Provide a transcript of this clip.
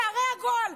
שערי הגועל.